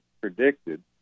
predicted